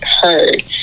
heard